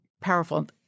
powerful